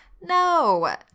No